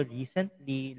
recently